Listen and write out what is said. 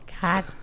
God